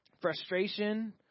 frustration